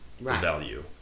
value